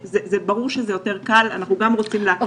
ברור שזה יותר קל ואנחנו גם רוצים להקל.